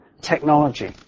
technology